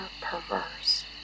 perverse